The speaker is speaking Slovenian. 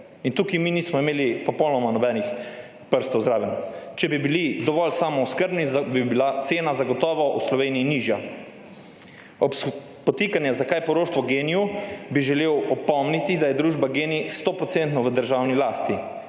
Tukaj mi nismo imeli popolnoma nobenih prstov zraven. Če bi bili dovolj samooskrbni, bi bila cena v Sloveniji zagotovo nižja. Ob podtikanju, zakaj poroštvo Gen-I, bi želel opomniti, da je družba Gen-I 100-procentno v državni lasti.